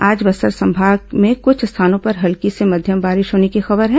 आज बस्तर संभाग में कुछ स्थानों पर हल्की से मध्यम बारिश होने की खबर है